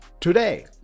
today